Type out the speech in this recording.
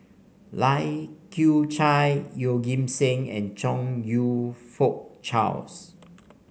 Lai Kew Chai Yeoh Ghim Seng and Chong You Fook Charles